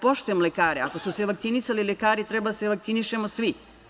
Poštujem lekare, ako su se vakcinisali lekari, treba da se vakcinišemo svi.